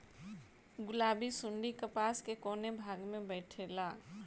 गुलाबी सुंडी कपास के कौने भाग में बैठे ला?